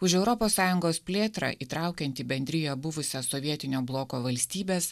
už europos sąjungos plėtrą įtraukiant į bendriją buvusias sovietinio bloko valstybes